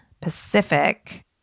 Pacific